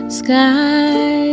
sky